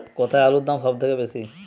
কোথায় আলুর দাম সবথেকে বেশি?